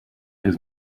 his